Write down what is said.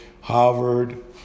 Harvard